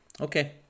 okay